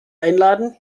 einladen